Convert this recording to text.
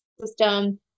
system